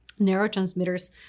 neurotransmitters